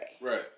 Right